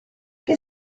che